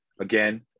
Again